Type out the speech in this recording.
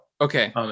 Okay